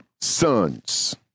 sons